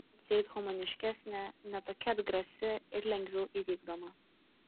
atseit humaniškesnė ne tokia atgrasi ir lengviau įvykdoma